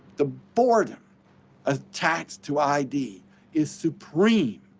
the boredom attached to id is supreme.